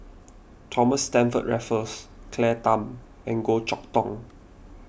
Thomas Stamford Raffles Claire Tham and Goh Chok Tong